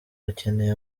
bakeneye